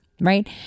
Right